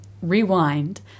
rewind